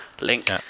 Link